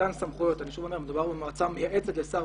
סמכויות, אני שוב אומר שמדובר במועצה מייעצת לשר